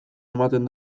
ematen